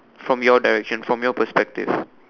from your direction from your perspective